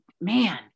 man